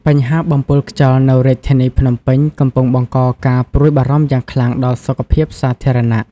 បញ្ហាបំពុលខ្យល់នៅរាជធានីភ្នំពេញកំពុងបង្កការព្រួយបារម្ភយ៉ាងខ្លាំងដល់សុខភាពសាធារណៈ។